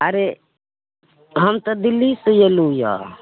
अरे हम तऽ दिल्लीसे अएलू यऽ